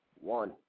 one